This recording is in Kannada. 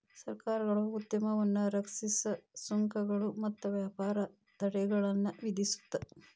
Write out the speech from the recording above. ಸರ್ಕಾರಗಳು ಉದ್ಯಮವನ್ನ ರಕ್ಷಿಸಕ ಸುಂಕಗಳು ಮತ್ತ ವ್ಯಾಪಾರ ತಡೆಗಳನ್ನ ವಿಧಿಸುತ್ತ